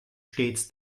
stets